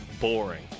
boring